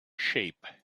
shape